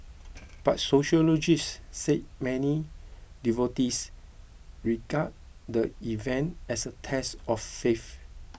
but sociologists say many devotees regard the event as a test of faith